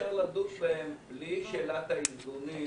ואי-אפשר לדון בהם בלי שאלת האיזונים